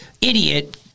idiot